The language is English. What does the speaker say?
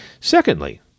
Secondly